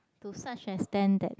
to such extent that